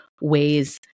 ways